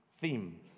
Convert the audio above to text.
theme